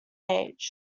age